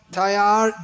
tayar